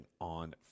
on